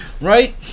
right